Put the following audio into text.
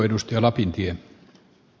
herra puhemies